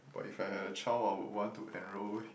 but if I had a child I would want to enroll